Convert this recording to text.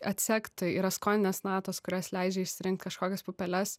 atsekt tai yra skoninės natos kurios leidžia išsirinkt kažkokias pupeles